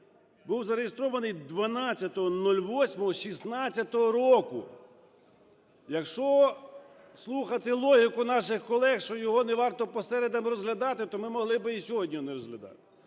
Був зареєстрований 12.08.2016 року. Якщо слухати логіку наших колег, що його не варто по середах розглядати, то ми могли би і сьогодні не розглядати.